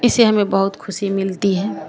इसे हमें बहुत ख़ुशी मिलती है